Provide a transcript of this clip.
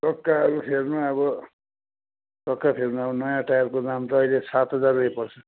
चक्का यो फेर्नु अब चक्का फेर्नु अब नयाँ टायरको दाम चैँ अहिले सात हजार रुपियाँ पर्छ